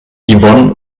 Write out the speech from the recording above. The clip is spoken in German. yvonne